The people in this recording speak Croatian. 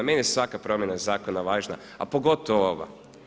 Meni je svaka promjena zakona važna, a pogotovo ova.